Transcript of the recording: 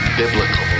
biblical